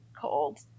cold